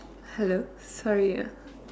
hello sorry ah